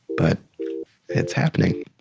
but it's happening.